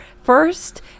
first